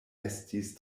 estis